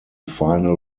final